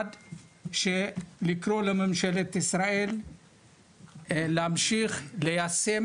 1. לקרוא לממשלת ישראל להמשיך ליישם